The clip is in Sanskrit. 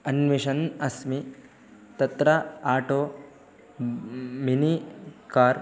अन्विष्यन् अस्मि तत्र आटो मिनि कार्